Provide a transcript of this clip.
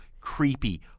creepy